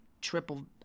triple